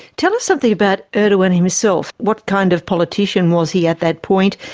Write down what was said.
tell us something about erdogan himself. what kind of politician was he at that point?